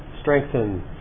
Strengthen